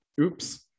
Oops